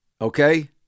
Okay